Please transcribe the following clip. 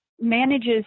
manages